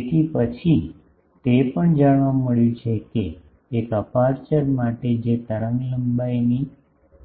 તેથી પછી તે પણ જોવા મળ્યું છે કે એક અપેરચ્યોર માટે જે તરંગ લંબાઈની